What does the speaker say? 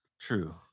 true